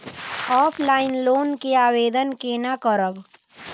Offline loan के आवेदन केना करब?